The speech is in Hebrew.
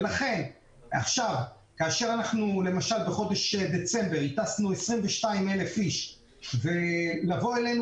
ולכן כאשר הטסנו למשל בחודש דצמבר 22,000 איש וקיבלנו